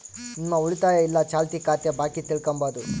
ನಿಮ್ಮ ಉಳಿತಾಯ ಇಲ್ಲ ಚಾಲ್ತಿ ಖಾತೆ ಬಾಕಿ ತಿಳ್ಕಂಬದು